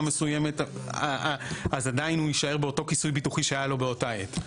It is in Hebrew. מסוימת אז עדיין הוא יישאר באותו כיסוי ביטוחי שהיה לו באותה עת.